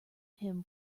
him